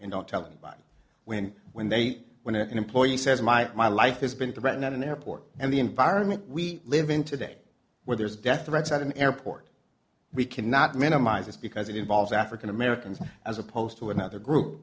and don't tell them back when when they when an employee says my my life has been threatened at an airport and the environment we live in today where there's death threats at an airport we cannot minimize this because it involves african americans as opposed to another group